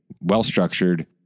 well-structured